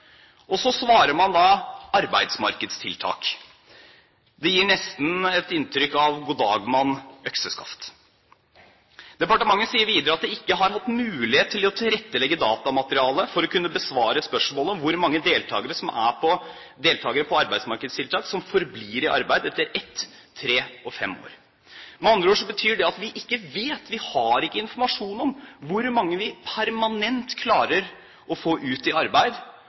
Og så svarer man da arbeidsmarkedstiltak. Det gir nesten et inntrykk av «god dag, mann – økseskaft!». Departementet sier videre at de ikke har hatt mulighet til å tilrettelegge datamateriale for å kunne besvare spørsmålet om hvor mange deltakere som er på arbeidsmarkedstiltak, som forblir i arbeid etter ett, tre og fem år. Med andre ord betyr det at vi ikke vet. Vi har ikke informasjon om hvor mange vi permanent klarer å få ut i arbeid,